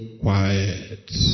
quiet